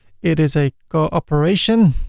it is a cooperation.